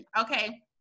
okay